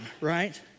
right